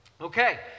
Okay